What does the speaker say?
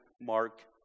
Mark